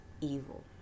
evil